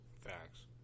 Facts